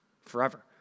Forever